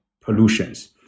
pollutions